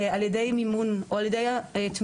על ידי מימון או על ידי תמיכות,